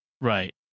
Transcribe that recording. Right